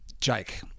Jake